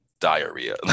diarrhea